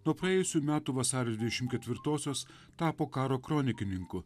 nuo praėjusių metų vasario dvidešim ketvirtosios tapo karo kronikininku